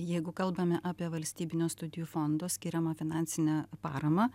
jeigu kalbame apie valstybinio studijų fondo skiriamą finansinę paramą